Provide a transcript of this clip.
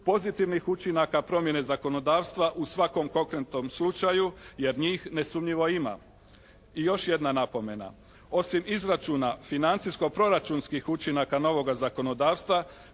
pozitivnih učinaka promjene zakonodavstva u svakom konkretnom slučaju jer njih nesumnjivo ima. I još jedna napomena. Osim izračuna financijsko-proračunskih učinaka novoga zakonodavstva